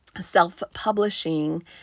self-publishing